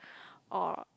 or